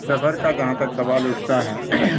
سفر کا جہاں تک سوال اٹھتا ہے